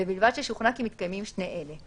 ובלבד ששוכנע כי מתקיימים שני אלה: